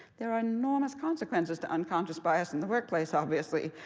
there are enormous consequences to unconscious bias in the workplace obviously.